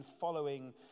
following